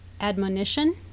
Admonition